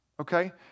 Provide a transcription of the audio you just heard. Okay